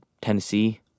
Tennessee